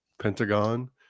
Pentagon